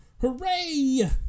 Hooray